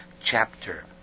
chapter